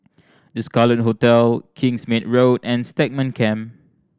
The Scarlet Hotel Kingsmead Road and Stagmont Camp